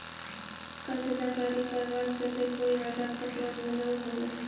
कशीदाकारी करवार केते कई हजार तक लोन मिलोहो होबे?